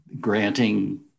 granting